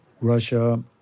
Russia